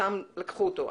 סתם לקחו אותו.